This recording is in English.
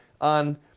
on